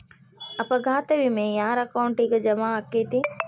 ಅಪಘಾತ ವಿಮೆ ಯಾರ್ ಅಕೌಂಟಿಗ್ ಜಮಾ ಆಕ್ಕತೇ?